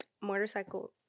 Motorcycle